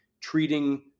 treating